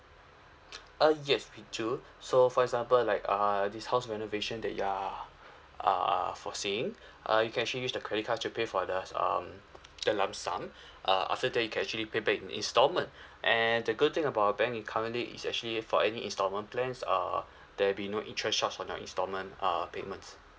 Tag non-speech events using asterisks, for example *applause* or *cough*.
*noise* uh yes we do so for example like uh this house renovation that you're err foreseeing uh you can actually use the credit card to pay for the um the lumpsum uh after that you can actually pay back in installment and the good thing about our bank in currently is actually for any instalment plans err there'll be no interest charged on your installment uh payments